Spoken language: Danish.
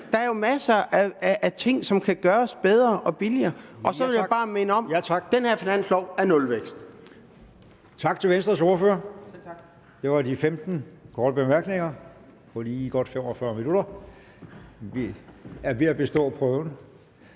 Der er jo masser af ting, som kan gøres bedre og billigere. Så vil jeg bare minde om, at den her finanslov har nulvækst. Kl. 10:00 Formanden: Tak til Venstres ordfører. Det var de 15 korte bemærkninger på lige godt 45 minutter. Vi er ved at bestå prøven.